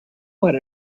what